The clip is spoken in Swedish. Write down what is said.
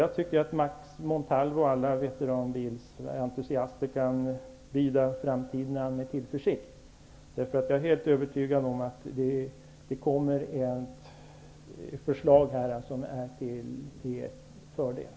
Jag tycker att Max Montalvo och andra veteranbilsentusiaster med tillförsikt kan bida vad som skall hända i framtiden. Jag är övertygad om att det kommer förslag som är till er fördel.